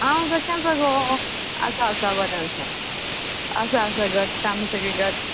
आ कशें आसा गो आसा आसा बरें आसा आसा आसा घट आमी सगळीं घट